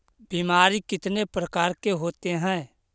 बीमारी कितने प्रकार के होते हैं?